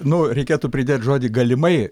nu reikėtų pridėt žodį galimai